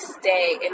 stay